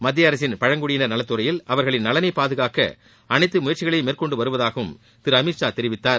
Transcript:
மத்திய அரசின் பழங்குடியினர் நலத்துறையில் அவர்களின் நலனை பாதுகாக்க அனைத்து முயற்சிகளையும் மேற்கொண்டு வருவதாகவும் திரு அமித் ஷா தெரிவித்தார்